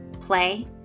play